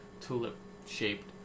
tulip-shaped